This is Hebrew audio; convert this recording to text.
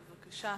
בבקשה.